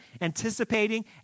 anticipating